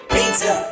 Pizza